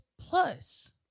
plus